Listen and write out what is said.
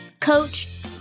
coach